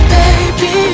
baby